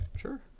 Sure